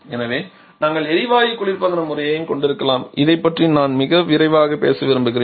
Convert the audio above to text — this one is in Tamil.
எனவே நாங்கள் எரிவாயு குளிர்பதன முறையையும் கொண்டிருக்கலாம் இதைப் பற்றி நான் மிக விரைவாக பேச விரும்புகிறேன்